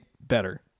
better